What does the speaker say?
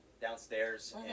downstairs